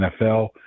nfl